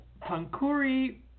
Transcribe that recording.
Pankuri